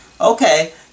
Okay